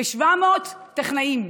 ו-700 טכנאים.